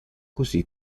così